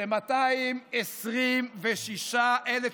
ש-226,000 איש,